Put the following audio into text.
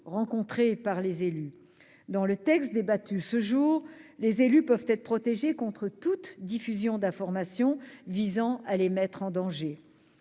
rencontrés par les élus. Dans le texte dont nous débattons, les élus peuvent être protégés contre toute diffusion d'informations visant à les mettre en danger.